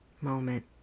moment